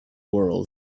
world